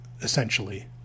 Essentially